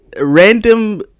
random